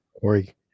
Corey